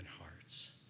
hearts